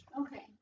Okay